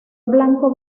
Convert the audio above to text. blanco